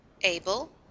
able